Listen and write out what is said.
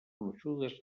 gruixudes